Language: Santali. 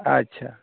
ᱟᱪᱪᱷᱟ